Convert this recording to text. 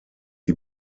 die